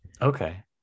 Okay